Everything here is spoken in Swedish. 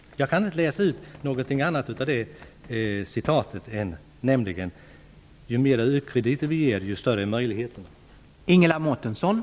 Jag kan inte läsa ut något annat av citatet än att möjligheterna är större ju mer u-krediter vi ger.